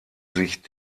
sich